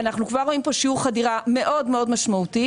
אנחנו כבר רואים פה שיעור חדירה מאוד משמעותי,